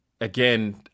again